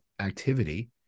activity